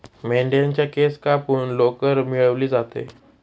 मेंढ्यांच्या केस कापून लोकर मिळवली जाते